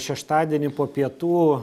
šeštadienį po pietų